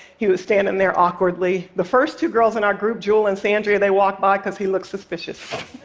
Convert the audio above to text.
he was standing there awkwardly. the first two girls in our group, jewel and sandria, they walked by because he looked suspicious.